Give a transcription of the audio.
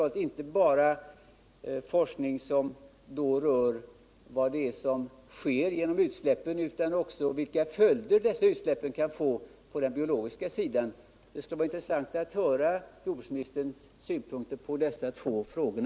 Den får inte bara bli en forskning som rör vad som sker i form av utsläpp utan den skall också visa vilka följder dessa utsläpp kan få för den biologiska sidan. Det skulle vara intressant att få höra jordbruksministerns synpunkter på dessa två frågor.